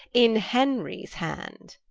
in henries hand